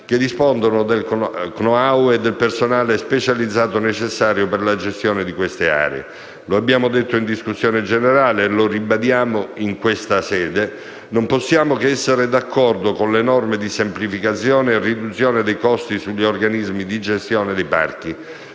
che dispongono del *know how* e del personale specializzato necessario per la gestione di queste aree. Lo abbiamo detto in discussione generale e lo ribadiamo in questa sede: non possiamo che essere d'accordo con le norme di semplificazione e riduzione dei costi sugli organismi di gestione dei parchi.